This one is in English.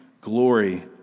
glory